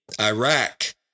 Iraq